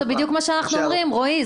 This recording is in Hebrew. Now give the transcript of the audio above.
זה בדיוק מה שאנחנו אומרים, רועי.